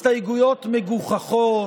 הסתייגויות מגוחכות,